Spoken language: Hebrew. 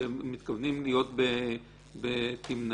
שמתכוונים להיות בתמנע,